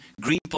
green